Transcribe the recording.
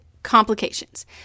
complications